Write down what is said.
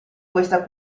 questa